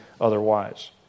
otherwise